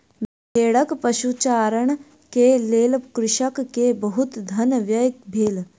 भेड़क पशुचारण के लेल कृषक के बहुत धन व्यय भेल